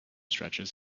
stretches